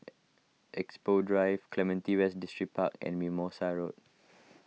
Expo Drive Clementi West Distripark and Mimosa Road